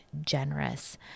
generous